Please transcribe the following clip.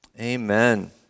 Amen